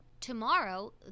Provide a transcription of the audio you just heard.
Tomorrow